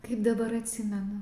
kaip dabar atsimenu